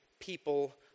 people